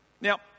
Now